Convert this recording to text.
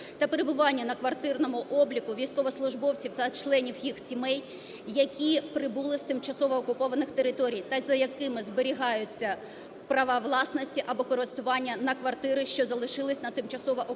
та перебування на квартирному обліку військовослужбовців та членів їх сімей, які прибули з тимчасово окупованих територій та за якими зберігається право власності або користування на квартири, що залишились на тимчасово окупованих